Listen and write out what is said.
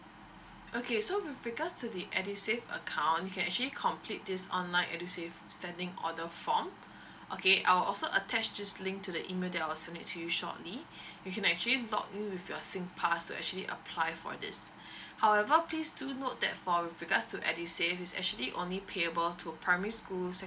okay so with regards to the edusave account you can actually complete this online edusave standing order form okay I will also attach this link to the email that I will send it to you shortly you can actually log in with your singpass to actually apply for this however please do note that for with regards to edusave is actually only payable to primary school secondary